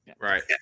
Right